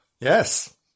Yes